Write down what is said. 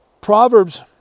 Proverbs